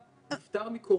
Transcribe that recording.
נפטר מקורונה.